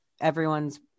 everyone's